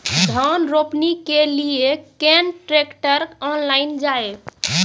धान रोपनी के लिए केन ट्रैक्टर ऑनलाइन जाए?